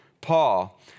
Paul